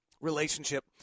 relationship